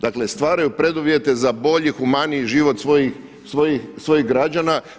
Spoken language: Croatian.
Dakle, stvaraju preduvjete za bolji, humaniji život svojih građana.